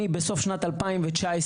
אני בסוף שנת 2019,